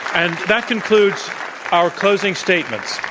and that concludes our closing statements.